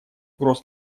угроз